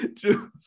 True